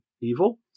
evil